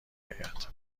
آید